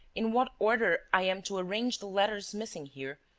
in what order i am to arrange the letters missing here,